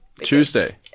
Tuesday